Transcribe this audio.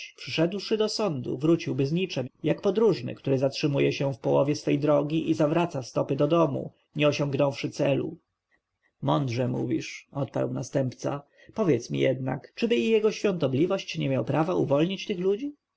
przyszedłszy do sądu wróciłby z niczem jak podróżny który zatrzymuje się w połowie swej drogi i zwraca stopy do domu nie osiągnąwszy celu mądrze mówisz odparł następca powiedz mi jednak czy i jego świątobliwość nie miałby prawa uwolnić tych